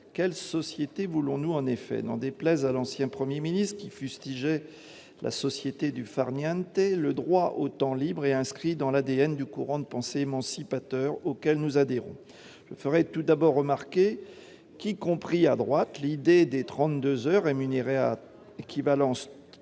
Quelle société voulons-nous ? N'en déplaise à l'ancien Premier ministre qui fustigeait « la société du farniente », le droit au temps libre est inscrit dans l'ADN du courant de pensée émancipateur auquel nous adhérons. Tout d'abord, je tiens à faire remarquer que, y compris à droite, l'idée des 32 heures rémunérées à équivalence